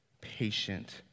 patient